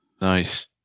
Nice